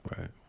right